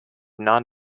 non